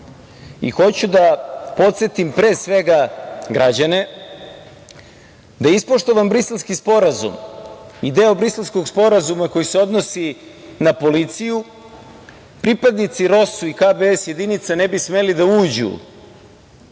Hoću da podsetim, pre svega, građane, da je ispoštovan Briselski sporazum i deo Briselskog sporazuma koji se odnosi na policiju, pripadnici ROSU i KBS jedinica ne bi smeli da uđu